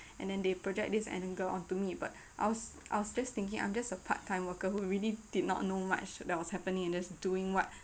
and then they project this anger onto me but I was I was just thinking I'm just a part-time worker who really did not know much that was happening and just doing what